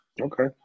Okay